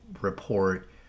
report